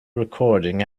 recording